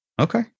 okay